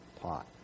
pot